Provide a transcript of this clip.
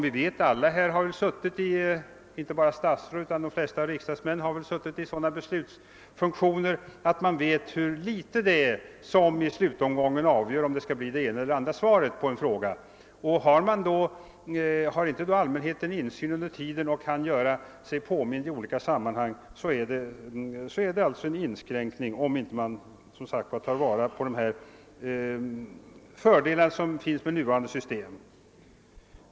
Inte bara statsråd utan de flesta riksdagsmän som har suttit i sådana beslutsfunktioner vet hur litet det är som i slutomgången avgör om det skall bli det ena eller det andra svaret på en fråga. Om då allmänheten inte har möjlighet till insyn och kan göra sig påmind i olika sammanhang blir det en inskränkning i insynsmöjligheten, om man inte tar vara på de fördelar som finns med nuvarande system.